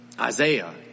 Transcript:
Isaiah